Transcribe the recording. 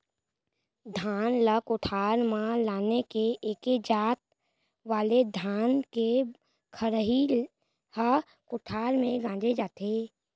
धान ल कोठार म लान के एके जात वाले धान के खरही ह कोठार म गंजाथे